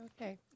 Okay